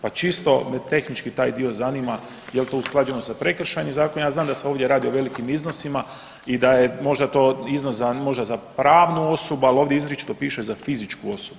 Pa čisto me tehnički taj dio zanima, jel to usklađeno sa Prekršajnim zakonom, ja znam da se ovdje radi o velikim iznosima i da je možda to iznos za, možda za pravnu osobnu, ali ovdje izričito piše za fizičku osobu.